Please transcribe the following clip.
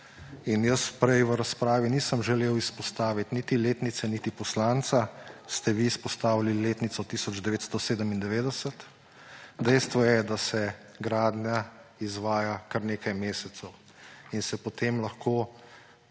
In jaz prej v razpravi nisem želel izpostaviti niti letnice niti poslanca, ste vi izpostavili letnico 1997. Dejstvo je, da se gradnja izvaja kar nekaj mesecev in se potem lahko